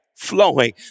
flowing